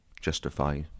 justify